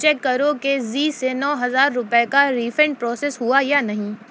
check کرو کہ زی سے نو ہزار روپے کا ریفنڈ پروسیس ہوا یا نہیں